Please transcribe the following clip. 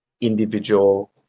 individual